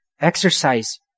Exercise